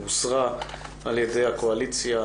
הוסרה על ידי הקואליציה,